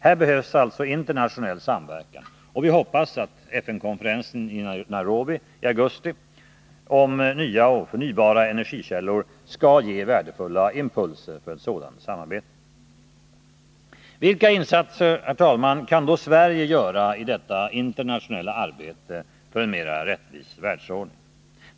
Här behövs alltså internationell samverkan, och vi hoppas att FN-konferensen i Nairobi i augusti i år om nya och förnybara energikällor skall ge värdefulla impulser för ett sådant samarbete. Vilka insatser, herr talman, kan då Sverige göra i detta internationella arbete för en mera rättvis världsordning?